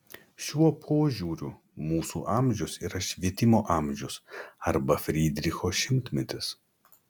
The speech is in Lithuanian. šiuo požiūriu mūsų amžius yra švietimo amžius arba frydricho šimtmetis